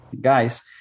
guys